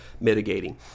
Mitigating